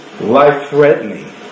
life-threatening